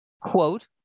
quote